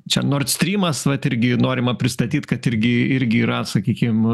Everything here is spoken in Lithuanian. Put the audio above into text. čia nord strymas vat irgi norima pristatyt kad irgi irgi yra sakykim